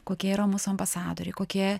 kokie yra mūsų ambasadoriai kokie